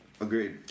Agreed